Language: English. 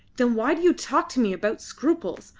then why do you talk to me about scruples?